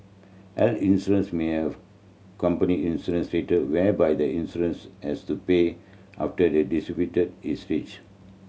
health insurance may have company insurance rate whereby the insurance has to pay after the is reached